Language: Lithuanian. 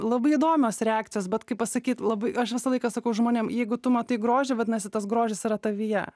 labai įdomios reakcijos bet kaip pasakyt labai aš visą laiką sakau žmonėm jeigu tu matai grožį vadinasi tas grožis yra tavyje